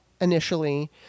initially